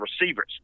receivers